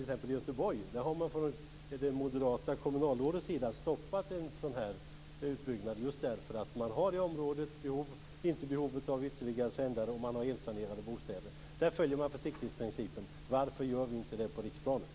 I Göteborg har däremot det moderata kommunalrådet stoppat en sådan här utbyggnad därför att man i området inte har behov av ytterligare sändare och har elsanerade bostäder. Där följer man alltså försiktighetsprincipen. Varför gör vi inte det på riksplanet?